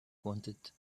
wanted